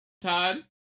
Todd